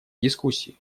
дискуссии